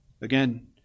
Again